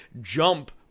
jump